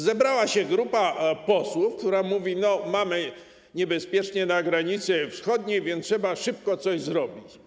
Zebrała się grupa posłów, która mówi: jest niebezpiecznie na granicy wschodniej, więc trzeba szybko coś zrobić.